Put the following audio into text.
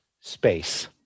space